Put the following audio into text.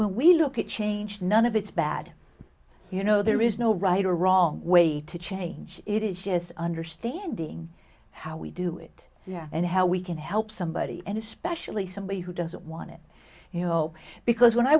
when we look at change none of it's bad you know there is no right or wrong way to change it is just understanding how we do it and how we can help somebody and especially somebody who doesn't want it you know because when i